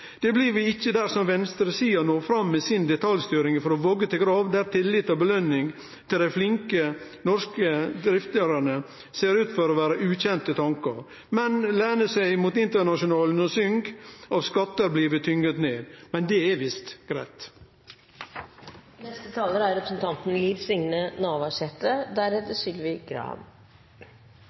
Det blir vi ikkje dersom venstresida når fram med si detaljstyring frå vogge til grav, der tillit og belønning til dei flinke, norske og driftige ser ut til å vere ukjende tankar, men ein lener seg mot Internasjonalen og syng: «av skatter blir vi tynget ned». Men det er visst